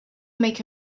make